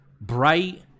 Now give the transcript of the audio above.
Bright